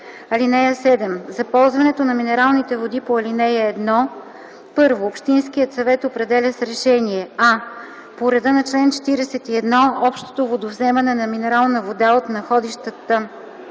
община. (7) За ползването на минералните води по ал. 1: 1. общинският съвет определя с решение: а) по реда на чл. 41 общото водовземане на минерална вода от находищата